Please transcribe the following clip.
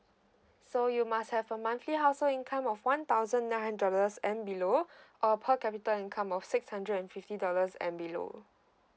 so you must have a monthly household income of one thousand nine dollars and below or per capita income of six hundred and fifty dollars and below